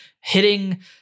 hitting